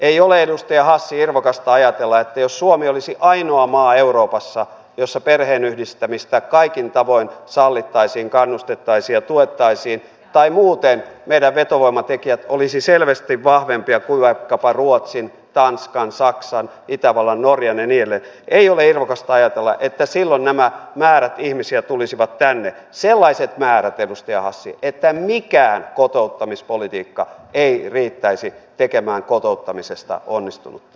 ei ole edustaja hassi irvokasta ajatella että jos suomi olisi ainoa maa euroopassa jossa perheenyhdistämistä kaikin tavoin sallittaisiin kannustettaisiin ja tuettaisiin tai jos muuten meidän vetovoimatekijät olisivat selvästi vahvempia kuin vaikkapa ruotsin tanskan saksan itävallan norjan ja niin edelleen niin silloin nämä määrät ihmisiä tulisivat tänne sellaiset määrät edustaja hassi että mikään kotouttamispolitiikka ei riittäisi tekemään kotouttamisesta onnistunutta